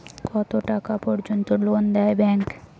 কত টাকা পর্যন্ত লোন দেয় ব্যাংক?